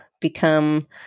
become